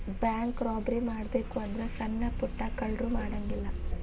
bank robbery ಮಾಡ್ಬೆಕು ಅಂದ್ರ ಸಣ್ಣಾ ಪುಟ್ಟಾ ಕಳ್ರು ಮಾಡಂಗಿಲ್ಲಾ